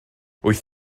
wyth